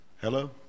Hello